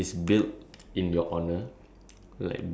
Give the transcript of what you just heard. what action would your statue be doing